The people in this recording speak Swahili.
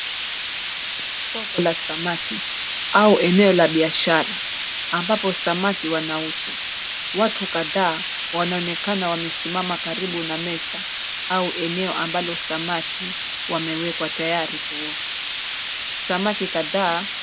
Soko la samaki au eneo la biashara ambapo samaki wanauzwa watu kadhaa wanaonekana wamesimama karibu na meza eneo ambalo samaki wamewekwa tayari kuuzwa samaki kadhaa.